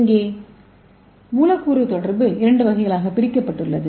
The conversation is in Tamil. இங்கே மூலக்கூறு தொடர்பு இரண்டு வகைகளாக பிரிக்கப்பட்டுள்ளது